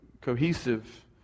cohesive